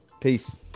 peace